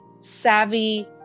savvy